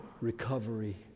recovery